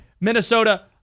Minnesota –